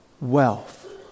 wealth